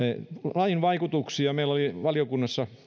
lain vaikutuksista meillä oli keskusteluja valiokunnassa